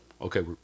okay